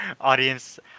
Audience